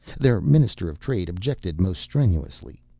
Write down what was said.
their minister of trade objected most strenuously.